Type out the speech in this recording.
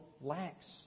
lacks